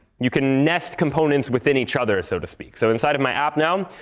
you can nest components within each other, so to speak. so inside of my app now,